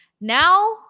now